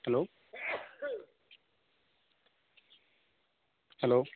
hello